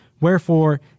Wherefore